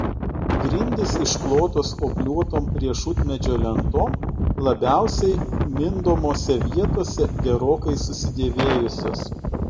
grindys išklotos obliuotom riešutmedžio lentom labiausiai mindomose vietose gerokai susidėvėjusios